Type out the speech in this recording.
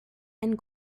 and